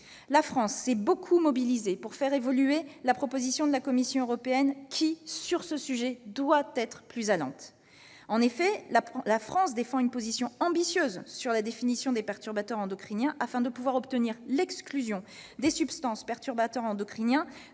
La France s'est beaucoup mobilisée pour faire évoluer la proposition de la Commission européenne, qui, sur ce sujet, doit être plus allante. En effet, notre pays défend une position ambitieuse sur la définition des perturbateurs endocriniens, afin de pouvoir obtenir l'exclusion des substances perturbatrices endocriniennes